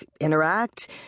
interact